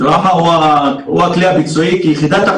הוא הכלי הביצועי כיחידת הפיקוח.